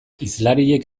hizlariek